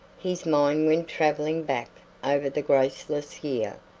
his mind went traveling back over the graceless year,